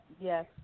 Yes